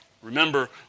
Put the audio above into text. Remember